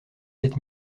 sept